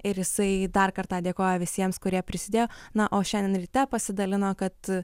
ir jisai dar kartą dėkoja visiems kurie prisidėjo na o šiandien ryte pasidalino kad